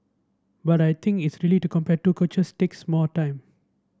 but I think is really to compare two coaches takes more time